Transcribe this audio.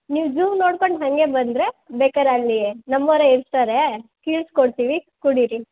ನೀವು ಝೂ ನೋಡ್ಕೊಂಡು ಹಾಗೇ ಬಂದರೆ ಬೇಕಾರೆ ಅಲ್ಲಿ ನಮ್ಮೋವ್ರೆ ಇರ್ತಾರೆ ಕೀಳ್ಸಿ ಕೊಡ್ತೀವಿ ಕುಡೀರಿ